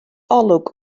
olwg